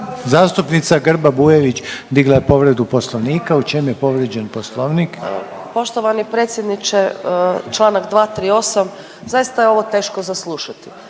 Zastupnica Grba Bujević digla je povredu poslovnika, u čem je povrijeđen poslovnik? **Grba-Bujević, Maja (HDZ)** Poštovani predsjedniče čl. 238., zaista je ovo teško za slušati.